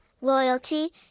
loyalty